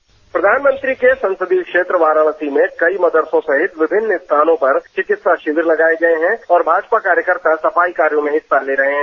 bite प्रधानमंत्री के संसदीय क्षेत्र वाराणसी में कई मदरसों सहित विभिन्न स्थानों पर चिकित्सा शिविर लगाये गये हैं और भाजपा कार्यकर्ता सफाई कार्यों में हिस्सा ले रहे हैं